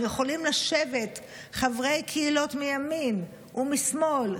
יכולים לשבת חברי קהילות מימין ומשמאל,